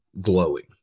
glowing